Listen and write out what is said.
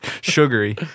Sugary